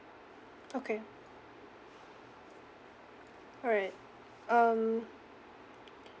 okay alright um